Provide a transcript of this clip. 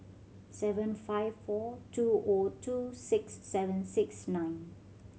seven five four two O two six seven six nine